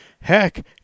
Heck